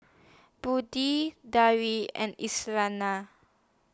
Budi Dara and